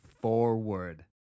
forward